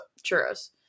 churros